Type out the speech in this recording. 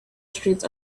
streets